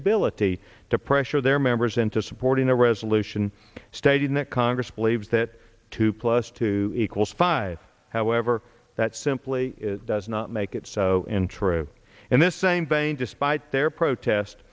ability to pressure their members into supporting a resolution stating that congress believes that two plus two equals five however that simply does not make it so and true in this same vein despite their protest